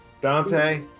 Dante